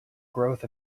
growth